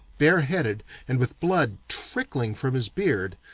bareheaded, and with blood trickling from his beard,